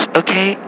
okay